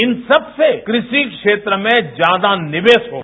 इन सबसे कृषि क्षेत्र में ज्यादा नियेश होगा